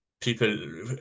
people